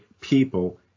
people